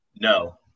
No